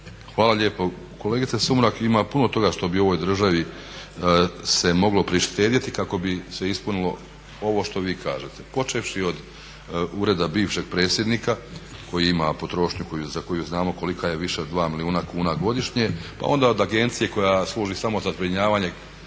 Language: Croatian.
Hvala lijepo. Kolegice Sumrak, ima puno toga što bi ovoj državi se moglo prištedjeti kako bi se ispunilo ovo što vi kažete počevši od ureda bivšeg predsjednika koji ima potrošnju za koju znamo kolika je, više od 2 milijuna kuna godišnje, pa onda od agencije koja služi samo za zbrinjavanje